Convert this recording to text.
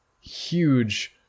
huge